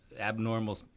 abnormal